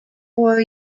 four